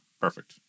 Perfect